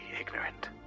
ignorant